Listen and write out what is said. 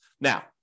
Now